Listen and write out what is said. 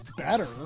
Better